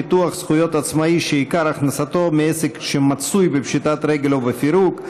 ביטוח זכויות עצמאי שעיקר הכנסתו מעסק שמצוי בפשיטת רגל או בפירוק),